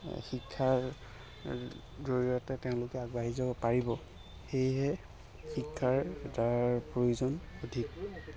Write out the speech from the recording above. শিক্ষাৰ জৰিয়তে তেওঁলোকে আগবাঢ়ি যাব পাৰিব সেয়েহে শিক্ষাৰ প্ৰয়োজন অধিক